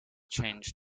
changed